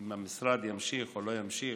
האם המשרד ימשיך או לא ימשיך?